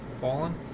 Fallen